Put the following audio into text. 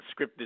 scripted